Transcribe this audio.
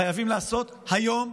חייבים לעשות היום,